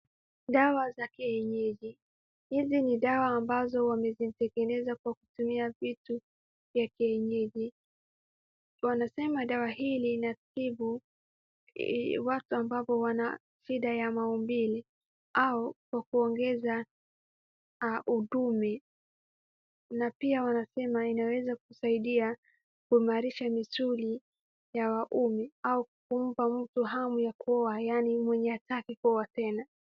Dawa za kienyeji. Hizi ni dawa ambazo wamezitengeneza kwa kutumia vitu ya kienyeji. Wanasema dawa hili linatibu watu ambao wana shida ya maumbile au kwa kuongeza udume. Na pia wanasema inaweza kusaidia kuimarisha misuli ya waume au kumpa mtu hamu ya kuoa yaani mwenye hataki kuoa tena.